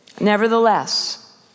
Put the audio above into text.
Nevertheless